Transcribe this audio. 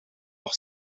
nog